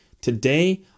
Today